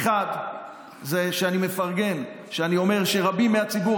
זה שאני מפרגן כשאני אומר שרבים מהציבור